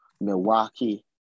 Milwaukee